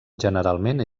generalment